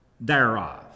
thereof